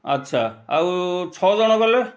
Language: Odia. ଆଚ୍ଛା ଆଉ ଛଅ ଜଣ ଗଲେ